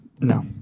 No